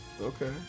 Okay